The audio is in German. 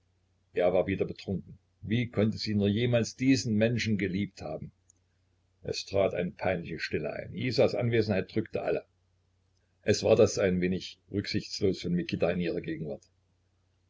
er war wieder betrunken wie konnte sie nur jemals diesen menschen geliebt haben es trat eine peinliche stille ein isas anwesenheit drückte alle es war das ein wenig rücksichtslos von mikita in ihrer gegenwart